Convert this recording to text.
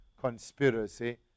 conspiracy